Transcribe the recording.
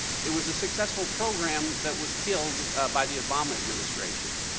it was a successful program that was killed by the obama administration.